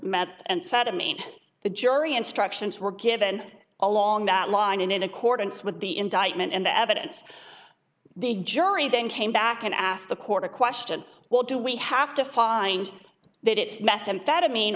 fathoming the jury instructions were given along that line in accordance with the indictment and the evidence the jury then came back and asked the court a question well do we have to find that it's methamphetamine